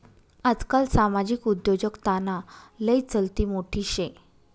आजकाल सामाजिक उद्योजकताना लय चलती मोठी शे